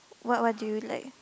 what what do you like